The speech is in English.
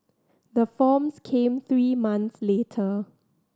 the forms came three months later